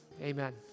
amen